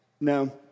No